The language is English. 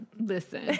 Listen